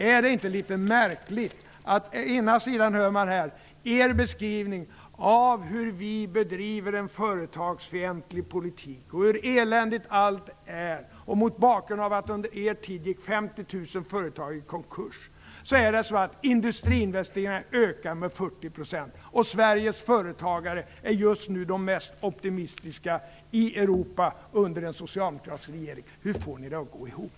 Är det inte litet märkligt att å ena sidan, mot bakgrund av att 50 000 företag gick i konkurs under den borgerliga regeringstiden, höra oppositionens beskrivning av hur vi bedriver en företagsfientlig politik och hur eländigt allt är, och å andra sidan se att industriinvesteringarna ökar med 40 % och läsa att Sveriges företagare just nu, under en socialdemokratisk regering, är de mest optimistiska i Europa? Hur får ni detta att gå ihop?